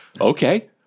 Okay